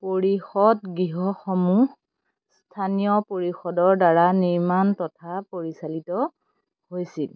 পৰিষদ গৃহসমূহ স্থানীয় পৰিষদৰ দ্বাৰা নিৰ্মাণ তথা পৰিচালিত হৈছিল